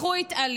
אך הוא התעלם.